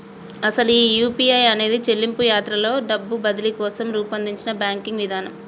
అసలు ఈ యూ.పీ.ఐ అనేది చెల్లింపు యాత్రలో డబ్బు బదిలీ కోసం రూపొందించిన బ్యాంకింగ్ విధానం